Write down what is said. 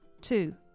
Two